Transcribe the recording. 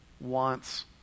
wants